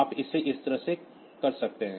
आप इसे इस तरह से कर सकते हैं